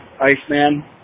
Iceman